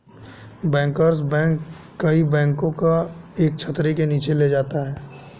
bankers bank कई बैंकों को एक छतरी के नीचे ले जाता है